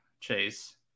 Chase –